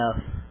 enough